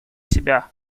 себя